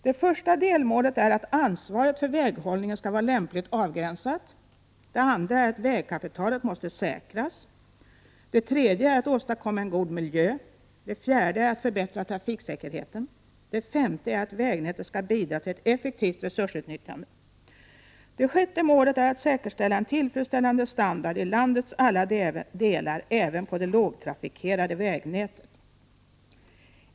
Det första delmålet är att ansvaret för väghållningen skall vara lämpligt avgränsat, det andra är att vägkapitalet måste säkras, det tredje är att åstadkomma en god miljö, det fjärde att förbättra trafiksäkerheten, det femte att vägnätet skall leda till ett effektivt resursutnyttjande och det sjätte att säkerställa en tillfredsställande standard i landets alla delar, även på det lågtrafikerade vägnätet.